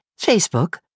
Facebook